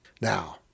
Now